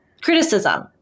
criticism